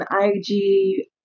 IG